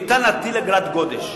ניתן יהיה להטיל אגרת גודש.